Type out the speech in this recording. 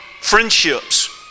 friendships